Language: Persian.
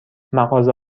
مغازه